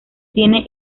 tiene